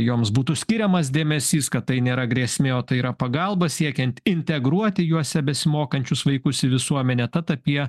joms būtų skiriamas dėmesys kad tai nėra grėsmė o tai yra pagalba siekiant integruoti juose besimokančius vaikus į visuomenę tad apie